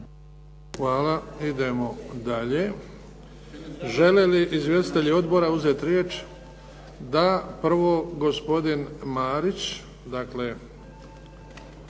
Hvala. Idemo dalje. Žele li izvjestitelji odbora uzeti riječ? Da. Prvo gospodin Marić, dakle,